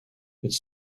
its